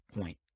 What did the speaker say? point